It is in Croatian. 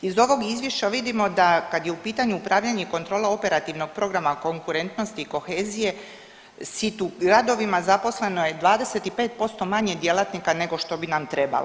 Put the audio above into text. Iz ovog Izvješća vidimo da kad je u pitanju upravljanje i kontrola Operativnog programa konkurentnost i kohezije ... gradovima zaposleno je 25% manje djelatnika nego što bi nam trebalo.